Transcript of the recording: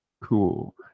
Cool